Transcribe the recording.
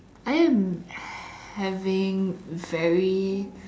I am having very